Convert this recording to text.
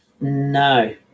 No